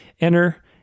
enter